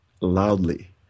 loudly